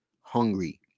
hungry